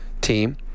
team